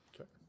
Okay